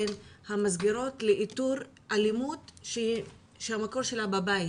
נושא המסגרות לאיתור אלימות שהמקור שלה בבית.